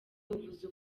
uvuze